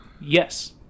Yes